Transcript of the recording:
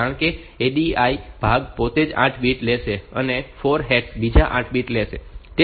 કારણ કે આ ADI ભાગ પોતે 8 બીટ લેશે અને આ 4F બીજા 8 બીટ લેશે